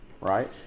Right